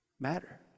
matter